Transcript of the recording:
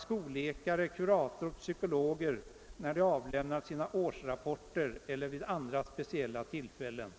Skolläkare, kurator och psykologer kallas när de avlämnar sina årsrapporter eller vid andra tillfällen.